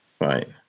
Right